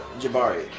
Jabari